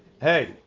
Hey